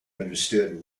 understood